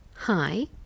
Hi